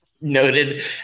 Noted